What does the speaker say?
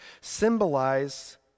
symbolize